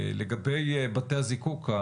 לגבי בתי הזיקוק,